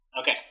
Okay